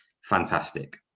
fantastic